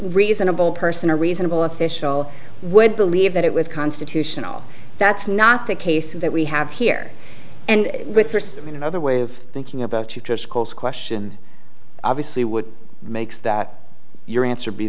reasonable person or reasonable official would believe that it was constitutional that's not the case that we have here and with first i mean another way of thinking about you just cause question obviously would makes that your answer be